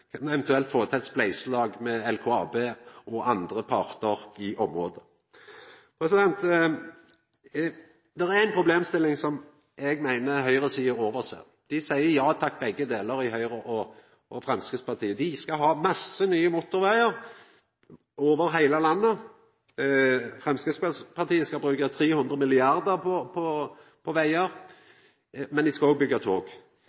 eit spleiselag med LKAB og andre partar i området. Det er ei problemstilling som eg meiner høgresida overser. Dei seier ja takk, begge delar i Høgre og Framstegspartiet. Dei skal ha masse nye motorvegar over heile landet. Framstegspartiet skal bruka 300 mrd. kr på vegar, men dei skal òg byggja tog.